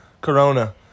Corona